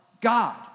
God